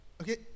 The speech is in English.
okay